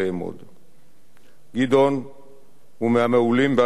גדעון הוא מהמעולים באנשי המודיעין שידעה מדינת ישראל.